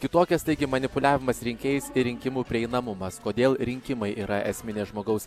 kitokias taigi manipuliavimas rinkėjais ir rinkimų prieinamumas kodėl rinkimai yra esminė žmogaus